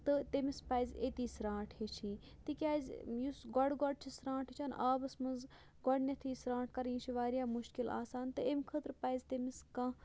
تہٕ تٔمِس پَزِ أتی سرٛانٹھ ہیٚچِھن تِکیٛازِ یُس گۄڈٕ گۄڈٕ چھُ سرٛانٹھ ہیٚچھان آبَس منٛز گۄڈٕنٮ۪تھٕے سرٛانٹھ کَرٕنۍ یہِ چھِ واریاہ مُشکِل آسان تہٕ اَمہِ خٲطرٕ پَزِ تٔمِس کانٛہہ